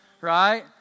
right